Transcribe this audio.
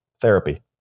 therapy